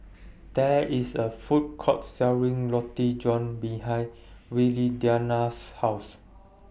There IS A Food Court Selling Roti John behind Viridiana's House